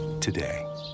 today